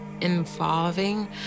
involving